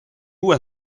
uue